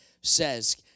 says